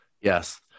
yes